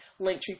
linktree